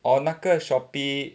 orh 那个 Shopee